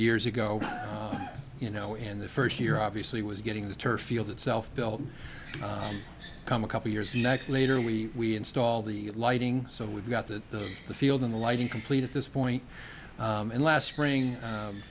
years ago you know and the first year obviously was getting the turf field itself built come a couple years later we install the lighting so we've got the the field in the lighting complete at this point and last spring